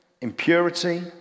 impurity